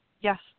Yes